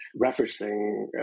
referencing